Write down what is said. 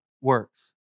works